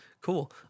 Cool